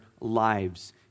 lives